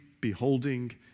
beholding